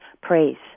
praise